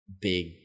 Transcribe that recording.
big